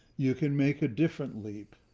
you can make a different leap,